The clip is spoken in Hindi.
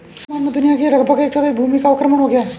वर्तमान में दुनिया की लगभग एक चौथाई भूमि का अवक्रमण हो गया है